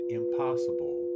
impossible